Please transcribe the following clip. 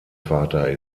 vater